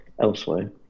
elsewhere